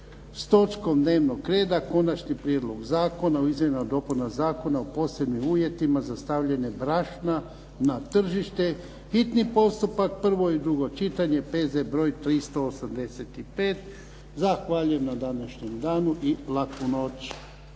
s točkom dnevnog reda Konačni prijedlog Zakona o izmjenama i dopunama Zakona o posebnim uvjetima za stavljanje brašna na tržište, hitni postupak, prvo i drugo čitanje, P.Z. broj 385. Zahvaljujem na današnjem danu i laku noć.